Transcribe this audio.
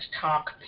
Talk